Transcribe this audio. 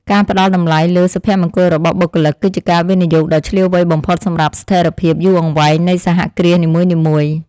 ការផ្តល់តម្លៃលើសុភមង្គលរបស់បុគ្គលិក គឺជាការវិនិយោគដ៏ឈ្លាសវៃបំផុតសម្រាប់ស្ថិរភាពយូរអង្វែងនៃសហគ្រាសនីមួយៗ។